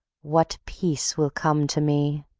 what peace will come to me.